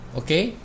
okay